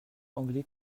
anglais